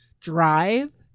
drive